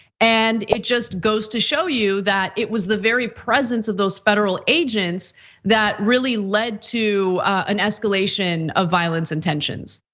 and it just goes to show you that it was the very presence of those federal agents that really led to an escalation of violence and tensions.